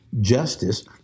justice